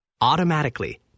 Automatically